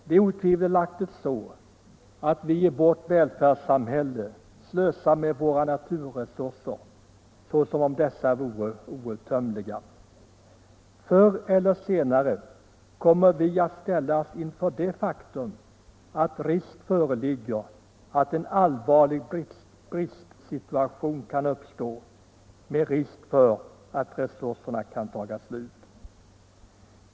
Det är otvivelaktigt så att vi i vårt välfärdssamhälle slösar med våra naturresurser som om dessa vore outtömliga. Förr eller senare kommer emellertid en allvarlig bristsituation att uppstå, med risk för att resurserna tar slut.